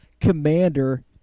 commander